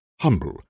humble